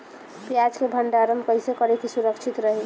प्याज के भंडारण कइसे करी की सुरक्षित रही?